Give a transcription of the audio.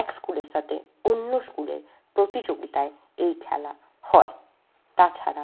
এক স্কুলের সাথে অন্য স্কুলের প্রতিযোগিতায় এই খেলা হয় তাছাড়া